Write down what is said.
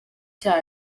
icyaha